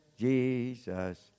Jesus